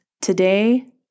Today